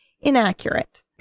inaccurate